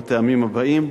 מהטעמים האלה: